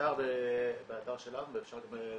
באתר שלנו ואפשר גם,